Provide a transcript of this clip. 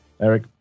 Eric